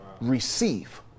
receive